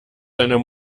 seiner